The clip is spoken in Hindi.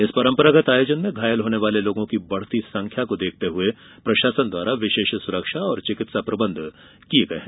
इस परंपरागत आयोजन में घायल होने वाले लोगों के बढ़ती हई संख्या को देखते हए प्रशासन द्वारा विशेष सुरक्षा और चिकित्सा प्रबंध किये गये हैं